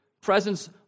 presence